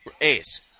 ace